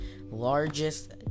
largest